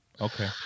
Okay